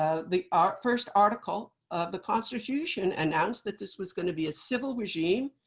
ah the ah first article of the constitution announced that this was going to be a civil regime,